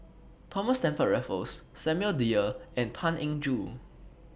Thomas Stamford Raffles Samuel Dyer and Tan Eng Joo